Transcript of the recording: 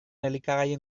elikagaien